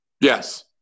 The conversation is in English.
yes